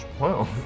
Wow